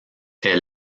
est